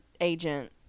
agent